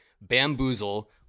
bamboozle